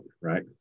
right